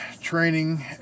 training